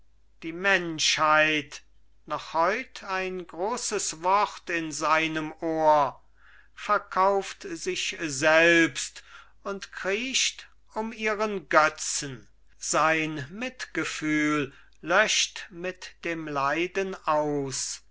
die menschheit noch heut ein großes wort in seinem ohr verkauft sich selbst und kriecht um ihren götzen sein mitgefühl löscht mit dem leiden aus